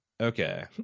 Okay